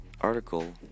article